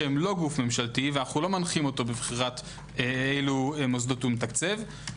לא גוף ממשלתי ואנו לא מנחים אותו בבחירת המוסדות שמתקצב.